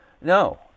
No